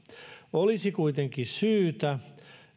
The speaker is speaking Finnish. olisi kuitenkin syytä